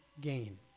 gain